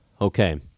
Okay